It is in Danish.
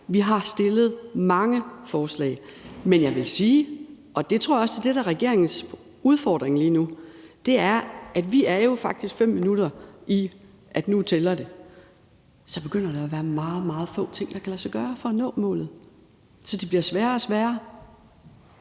Vi har stillet mange forslag. Men jeg vil faktisk også sige – og det tror jeg også er det, der lige nu er regeringens udfordring – at der er fem minutter til, og at det nu tæller, og at der så begynder at være meget, meget få ting, der kan lade sig gøre for at nå målet. Så det bliver sværere og sværere.